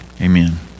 Amen